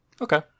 okay